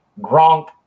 Gronk